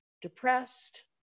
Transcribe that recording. Depressed